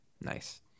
nice